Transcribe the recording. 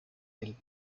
del